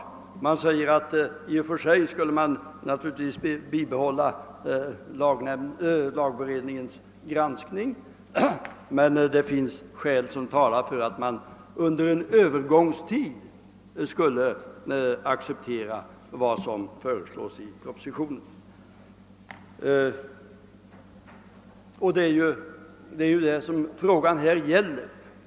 Grundlagberedningen säger att i och för sig skulle man naturligtvis kunna bibehålla lagrådsgranskningen men att det finns skäl som talar för att man under en övergångstid kan acceptera vad som föreslås i propositionen. Det är ju det frågan gäller!